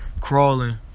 crawling